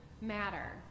matter